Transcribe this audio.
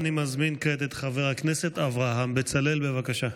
אני מזמין כעת את חבר הכנסת אברהם בצלאל, בבקשה.